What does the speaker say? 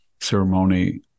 ceremony